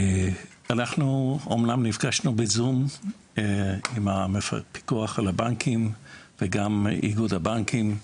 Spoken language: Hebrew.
אנחנו אמנם נפגשנו בזום עם הפיקוח על הבנקים וגם עם איגוד הבנקים.